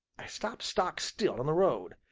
i stopped stock still in the road.